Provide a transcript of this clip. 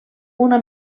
una